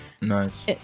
nice